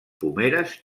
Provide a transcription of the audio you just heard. pomeres